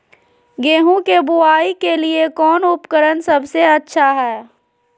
गेहूं के बुआई के लिए कौन उपकरण सबसे अच्छा है?